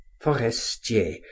Forestier